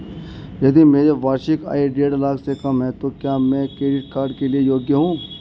यदि मेरी वार्षिक आय देढ़ लाख से कम है तो क्या मैं क्रेडिट कार्ड के लिए योग्य हूँ?